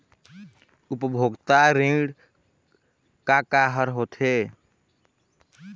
उपभोक्ता ऋण का का हर होथे?